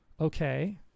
Okay